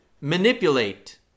manipulate